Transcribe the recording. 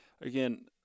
again